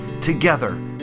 together